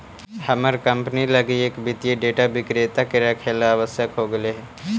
हमर कंपनी लगी एक वित्तीय डेटा विक्रेता के रखेला आवश्यक हो गेले हइ